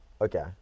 okay